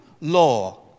law